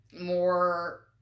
more